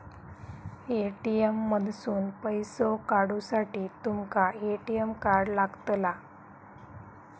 ATM मधसून पैसो काढूसाठी तुमका ए.टी.एम कार्ड लागतला